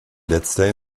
letzter